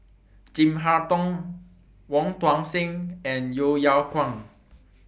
Chin Harn Tong Wong Tuang Seng and Yeo Yeow Kwang